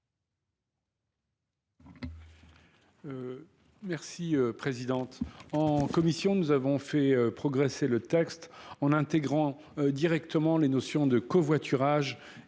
la présidente en en commission nous avons fait progresser le en intégrant directement les notions de covoiturage